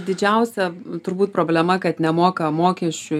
didžiausia turbūt problema kad nemoka mokesčių